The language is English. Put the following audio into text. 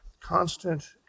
constant